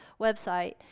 website